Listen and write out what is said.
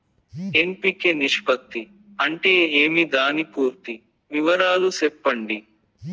NPK నిష్పత్తి అంటే ఏమి దాని పూర్తి వివరాలు సెప్పండి?